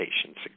patient's